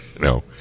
No